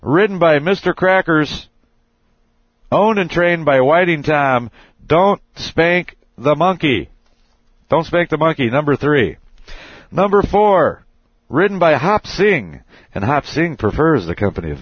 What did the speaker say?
written by mr crackers own and trained by whiting time don't spank the monkey don't spank the monkey number three number four written by hot seeing and have seen prefers the company